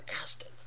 Aston